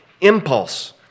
impulse